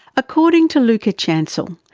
according to lucas chancel,